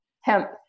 hemp